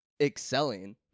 excelling